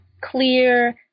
clear